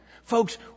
Folks